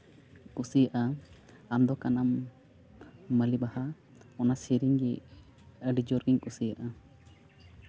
ᱠᱩᱥᱤᱭᱟᱜᱼᱟ ᱟᱢᱫᱚ ᱠᱟᱱᱟᱢ ᱢᱟᱹᱞᱤ ᱵᱟᱦᱟ ᱚᱱᱟ ᱥᱮᱨᱮᱧ ᱜᱮ ᱟᱹᱰᱤ ᱡᱳᱨ ᱜᱮᱧ ᱠᱩᱥᱤᱭᱟᱜᱼᱟ